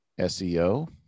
SEO